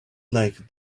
like